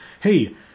Hey